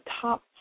top